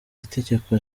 itegeko